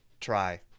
try